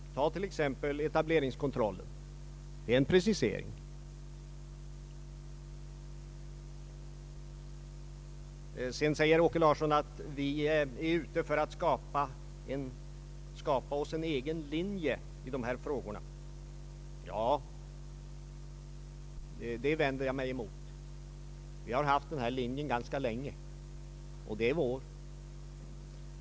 Ta till exempel etableringskontrollen. Det är en bestämd precisering. Vidare säger herr Åke Larsson att vi är ute för att skapa oss en egen linje i dessa frågor. Det vänder jag mig emot. Vi har haft denna linje ganska länge, den är vår.